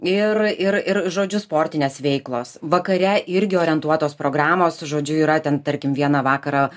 ir ir ir žodžiu sportinės veiklos vakare irgi orientuotos programos žodžiu yra ten tarkim vieną vakarą